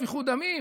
שפיכות דמים.